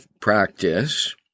practice